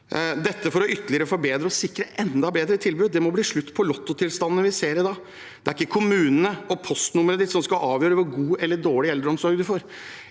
dette for ytterligere å forbedre og sikre enda flere tilbud. Det må bli slutt på lottotilstandene vi ser i dag. Det er ikke kommunen og postnummeret ditt som skal avgjøre hvor god eller dårlig eldreomsorg du får.